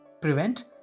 prevent